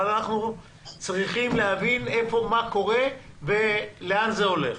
אבל אנחנו צריכים להבין מה קורה ולאן זה הולך.